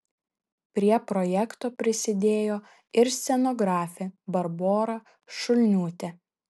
prie projekto prisidėjo ir scenografė barbora šulniūtė